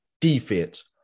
Defense